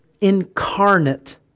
incarnate